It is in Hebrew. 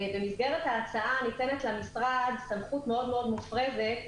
במסגרת ההצעה ניתנת למשרד סמכות מאוד מאוד מופרזת,